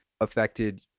affected